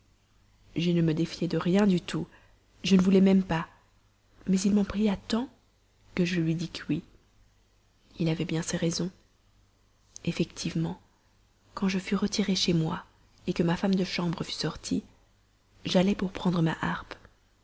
je ne me défiais de rien du tout je ne voulais même pas mais il m'en pria tant que je lui dis qu'oui il avait bien ses raisons effectivement quand je fus retirée chez moi que ma femme de chambre fut sortie j'allai pour prendre ma harpe